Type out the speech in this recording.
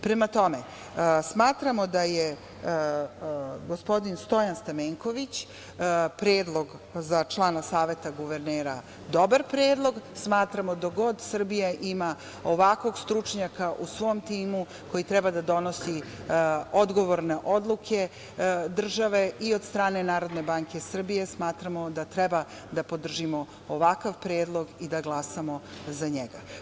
Prema tome, smatramo da je gospodin Stojan Stamenković, predlog za člana Saveta guvernera, dobar predlog, smatramo, dokle god Srbija ima ovakvog stručnjaka u svom timu, koji treba da donosi odgovorne odluke države i od strane NBS, smatramo da treba da podržimo ovakav predlog i da glasamo za njega.